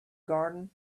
garden